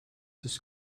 das